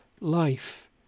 life